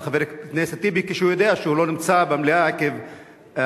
חבר הכנסת טיבי כשהוא יודע שהוא לא נמצא במליאה עקב הרחקה,